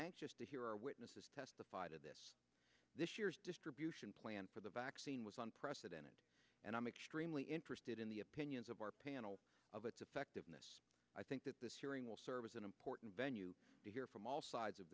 anxious to hear witnesses testified at this year's distribution plan for the vaccine was unprecedented and i'm extremely interested in the opinions of our panel of its effectiveness i think that this hearing will serve as an important venue to hear from all sides of